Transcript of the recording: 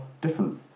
different